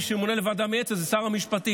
מי שממונה לוועדה המייעצת זה שר המשפטים.